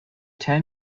tell